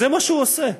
זה מה שהוא עושה.